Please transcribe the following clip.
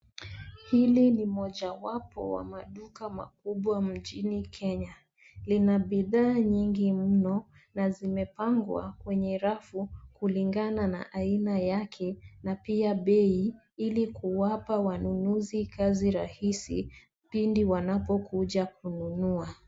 Hili ni mojawapo wa maduka makubwa mjini kenya. Lina bidhaa nyingi mno na zimepangwa kwenye rafu, kulingana na aina yake pia bei, ilikuwapa wanunuzi kazi rahisi, pindi wanapokuja kununua.